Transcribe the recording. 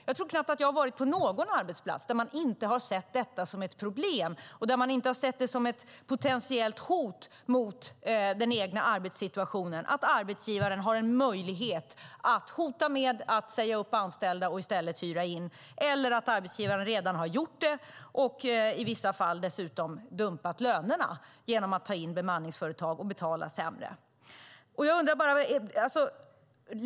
Jag har knappt varit på någon arbetsplats där man inte har sett det som ett problem och ett potentiellt hot mot den egna arbetssituationen att arbetsgivaren har en möjlighet att hota med att säga upp anställda och i stället hyra in eller redan har gjort det och i vissa fall dessutom dumpat lönerna genom att ta in bemanningsföretag och betala sämre.